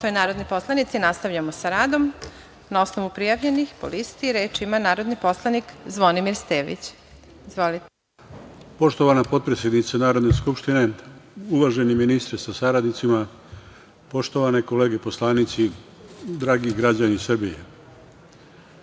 narodni poslanici, nastavljamo sa radom. Na osnovu prijavljenih po listi reč ima narodni poslanik Zvonimir Stević. Izvolite. **Zvonimir Stević** Poštovana potpredsednice Narodne skupštine, uvaženi ministre, sa saradnicima, poštovane kolege poslanici, dragi građani Srbije,